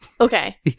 Okay